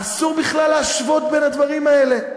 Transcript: אסור בכלל להשוות את הדברים האלה.